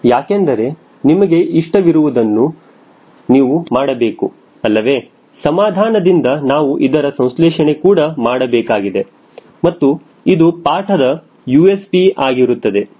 ಯಾಕೆಂದರೆ ನಮಗೆ ಇಷ್ಟ ವಿರುವುದನ್ನು ನಾವು ಮಾಡಬೇಕು ಅಲ್ಲವೇ ಸಮಾಧಾನದಿಂದ ನಾವು ಇದರ ಸಂಸ್ಲೇಷಣೆ ಕೂಡ ಮಾಡಬೇಕಾಗಿದೆ ಮತ್ತು ಇದು ಪಾಠದ USP ಆಗಿರುತ್ತದೆ